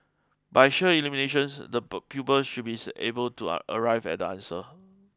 by sheer elimination the pupils should be able to arrive at the answer